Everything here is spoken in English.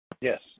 Yes